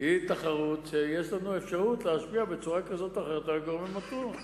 היא תחרות שיש לנו אפשרות להשפיע בצורה כזאת או אחרת על הגורם המתון.